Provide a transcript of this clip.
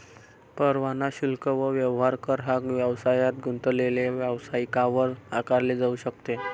परवाना शुल्क व व्यवसाय कर हा व्यवसायात गुंतलेले व्यावसायिकांवर आकारले जाऊ शकते